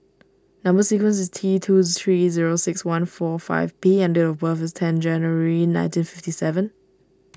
Number Sequence is T two three zero six one four five P and date of birth is ten January nineteen fifty seven